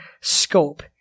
scope